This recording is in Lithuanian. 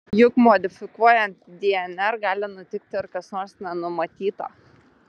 juk modifikuojant dnr gali nutikti ir kas nors nenumatyta